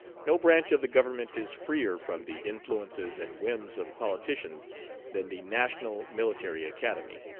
no branch of the government is freer from the influences and whims of politicians than the national military academy.